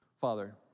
Father